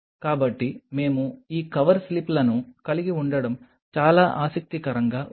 కాబట్టి మేము ఈ కవర్ స్లిప్లను కలిగి ఉండటం చాలా ఆసక్తికరంగా ఉంది